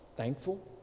Thankful